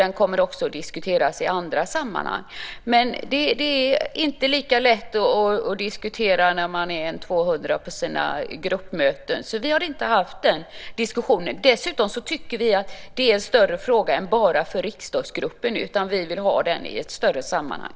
Den kommer också att diskuteras i andra sammanhang. Det är inte lika lätt att diskutera när man är ca 200 på gruppmötena. Vi har inte haft den diskussionen ännu. Dessutom tycker vi att det är en större fråga än bara för riksdagsgruppen. Vi vill föra den i ett större sammanhang.